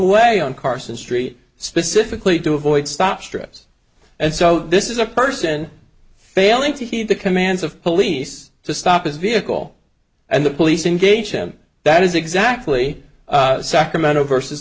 way on carson street specifically to avoid stop stress and so this is a person failing to heed the commands of police to stop his vehicle and the police engage him that is exactly sacramento versus